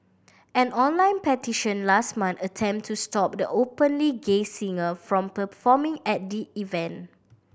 an online petition last month attempted to stop the openly gay singer from performing at the event